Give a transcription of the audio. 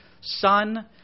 Son